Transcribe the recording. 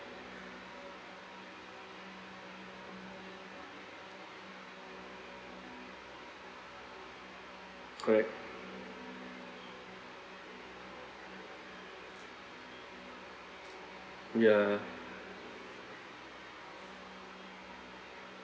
correct ya